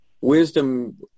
wisdom